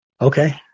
Okay